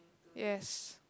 yes